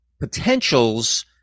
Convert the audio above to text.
potentials